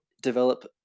develop